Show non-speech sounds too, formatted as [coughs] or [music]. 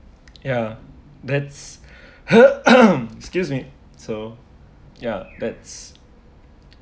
ya that's [coughs] excuse me so ya that's